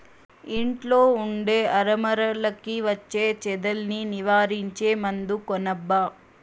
ఇంట్లో ఉండే అరమరలకి వచ్చే చెదల్ని నివారించే మందు కొనబ్బా